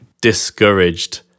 discouraged